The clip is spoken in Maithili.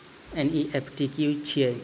एन.ई.एफ.टी की छीयै?